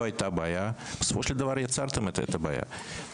הייתה בעיה בסופו של דבר יצרתם את הבעיה.